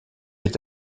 est